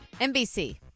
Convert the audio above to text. NBC